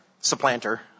supplanter